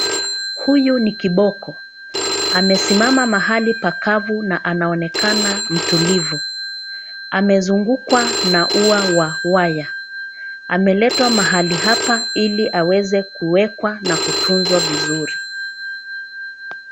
Huyu ni kiboko. Amesimama mahali pakavu na anaonekana mtulivu. Amezungukwa na ua wa waya. Ameletwa mahali hapa iliaweze kuwekwa na kutunzwa vizuri.